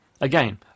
again